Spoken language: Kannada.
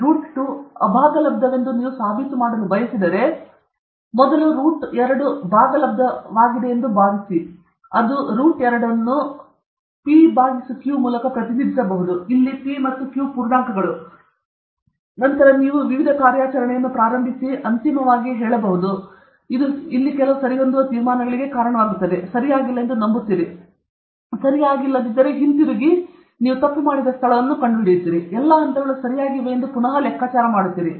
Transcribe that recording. ರೂಟ್ 2 ಅಭಾಗಲಬ್ಧವೆಂದು ನೀವು ಸಾಬೀತು ಮಾಡಲು ಬಯಸಿದರೆ ರೂಟ್ 2 ಭಾಗಲಬ್ಧವಾಗಿದೆ ಎಂದು ನಾವು ಭಾವಿಸುತ್ತೇವೆ ಅದು ರೂ 2 ಅನ್ನು ಕ್ಯೂ ಸರಿ ಮೂಲಕ ಪು ಎಂದು ಪ್ರತಿನಿಧಿಸಬಹುದು ಇಲ್ಲಿ p ಮತ್ತು q ಪೂರ್ಣಾಂಕಗಳು ನಂತರ ನೀವು ವಿವಿಧ ಕಾರ್ಯಾಚರಣೆಯನ್ನು ಪ್ರಾರಂಭಿಸಲು ಅಂತಿಮವಾಗಿ ಇದು ಕಾರಣವಾಗಬಹುದು ಇದು ಕೆಲವು ಸರಿಹೊಂದುವ ತೀರ್ಮಾನಗಳಿಗೆ ಕಾರಣವಾಗುತ್ತದೆ ಇದು ನೀವು ಸರಿಯಾಗಿಲ್ಲ ಎಂದು ನಂಬುತ್ತೀರಿ ಆದ್ದರಿಂದ ಇದು ಸರಿಯಾಗದಿದ್ದರೆ ನೀವು ಹಿಂತಿರುಗಿ ಮತ್ತು ನೀವು ತಪ್ಪು ಮಾಡುವ ಸ್ಥಳವನ್ನು ಕಂಡುಹಿಡಿಯಿರಿ ಎಲ್ಲಾ ಹಂತಗಳು ಸರಿಯಾಗಿವೆಯೆಂದು ನೀವು ಲೆಕ್ಕಾಚಾರ ಮಾಡುತ್ತೀರಿ